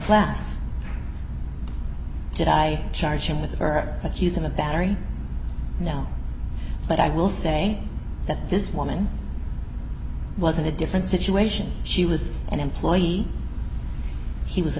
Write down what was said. flats did i charge him with her but using a battery you know but i will say that this woman was in a different situation she was an employee he was a